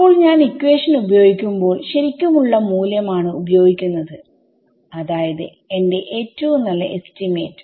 അപ്പോൾ ഞാൻ ഇക്വേഷൻ ഉപയോഗിക്കുമ്പോൾ ശരിക്കും ഉള്ള മൂല്യം ആണ് ഉപയോഗിക്കുന്നത് അതായത് എന്റെ ഏറ്റവും നല്ല എസ്റ്റിമേറ്റ്